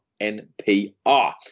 NPR